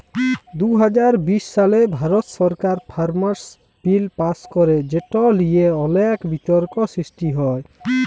দু হাজার বিশ সালে ভারত সরকার ফার্মার্স বিল পাস্ ক্যরে যেট লিয়ে অলেক বিতর্ক সৃষ্টি হ্যয়